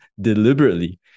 deliberately